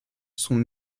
sont